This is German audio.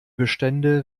bestände